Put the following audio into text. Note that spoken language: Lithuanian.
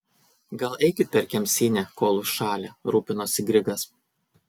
gal eikit per kemsynę kol užšalę rūpinosi grigas